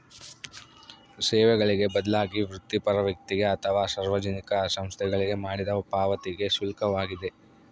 ಸೇವೆಗಳಿಗೆ ಬದಲಾಗಿ ವೃತ್ತಿಪರ ವ್ಯಕ್ತಿಗೆ ಅಥವಾ ಸಾರ್ವಜನಿಕ ಸಂಸ್ಥೆಗಳಿಗೆ ಮಾಡಿದ ಪಾವತಿಗೆ ಶುಲ್ಕವಾಗಿದೆ